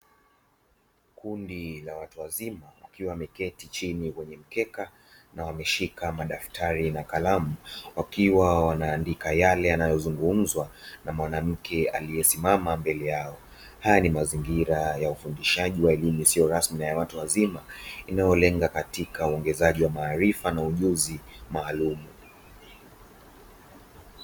Kundi la watu wazima wakiwa wameketi chini kwenye mkeka na wameshika madaftari na kalamu. Wakiwa wanaandika yale yanayozungumzwa na mwanamke aliyesimama mbele yao. Haya ni mazingira ya ufundisha wa elimu isiyo rasmi na ya watu wazima, inayolenga katika uongezaji wa maarifa na ujuzi maalumu.